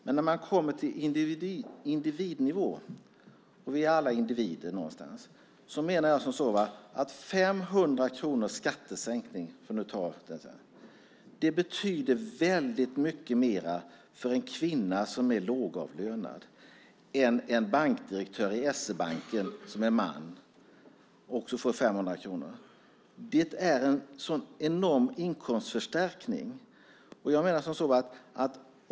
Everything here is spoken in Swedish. Men på individnivå - vi är alla individer någonstans - menar jag att 500 kronors skattesänkning betyder väldigt mycket mer för en kvinna som är lågavlönad än för en man som är bankdirektör i SE-Banken. Det är en enorm inkomstförstärkning för henne.